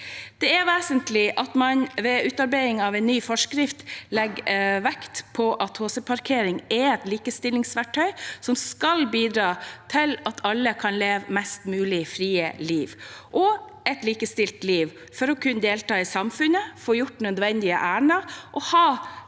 ved utarbeiding av en ny forskrift legger vekt på at HC-parkering er et likestillingsverktøy som skal bidra til at alle kan leve et mest mulig fritt og likestilt liv for å kunne delta i samfunnet, få gjort nødvendige ærender og ha